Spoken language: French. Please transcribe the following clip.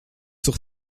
sur